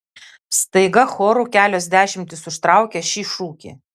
staiga choru kelios dešimtys užtraukia šį šūkį